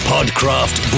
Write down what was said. PodCraft